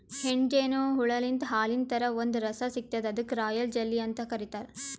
ಹೆಣ್ಣ್ ಜೇನು ಹುಳಾಲಿಂತ್ ಹಾಲಿನ್ ಥರಾ ಒಂದ್ ರಸ ಸಿಗ್ತದ್ ಅದಕ್ಕ್ ರಾಯಲ್ ಜೆಲ್ಲಿ ಅಂತ್ ಕರಿತಾರ್